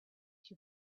you